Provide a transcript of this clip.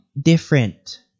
different